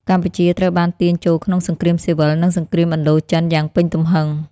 កម្ពុជាត្រូវបានទាញចូលក្នុងសង្គ្រាមស៊ីវិល និងសង្គ្រាមឥណ្ឌូចិនយ៉ាងពេញទំហឹង។